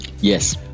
Yes